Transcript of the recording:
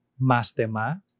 Mastema